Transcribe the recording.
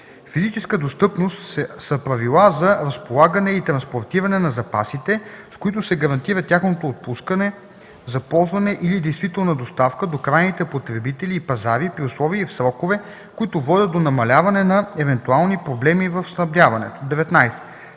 „Физическа достъпност” са правила за разполагане и транспортиране на запасите, с които се гарантира тяхното отпускане за ползване или действителна доставка до крайните потребители и пазари при условия и в срокове, които водят до намаляване на евентуални проблеми в снабдяването. 19.